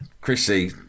Chrissy